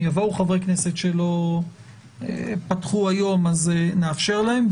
אם יבואו חברי כנסת שלא פתחו היום, נאפשר להם.